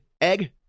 egg